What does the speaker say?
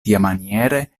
tiamaniere